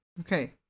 Okay